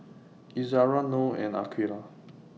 Izzara Noh and Aqilah